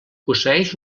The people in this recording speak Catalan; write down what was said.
posseeix